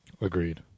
Agreed